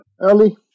Ali